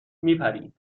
میپرید